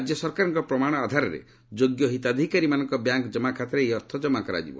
ରାଜ୍ୟ ସରକାରଙ୍କ ପ୍ରମାଣ ଆଧାରରେ ଯୋଗ୍ୟ ହିତାଧିକାରୀମାନଙ୍କର ବ୍ୟାଙ୍କ ଜମାଖାତାରେ ଏହି ଅର୍ଥ କମା କରାଯିବ